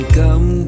come